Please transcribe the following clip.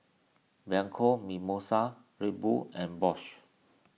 Bianco Mimosa Red Bull and Bosch